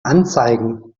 anzeigen